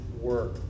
work